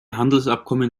handelsabkommen